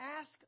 ask